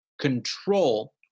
control